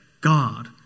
God